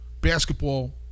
basketball